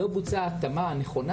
לא בוצעה ההתאמה הנכונה.